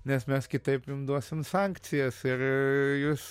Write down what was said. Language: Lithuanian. nes mes kitaip jum duosim sankcijas ir jūs